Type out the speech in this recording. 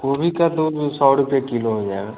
गोभी का तो दो सौ रूपये किलो हो जाएगा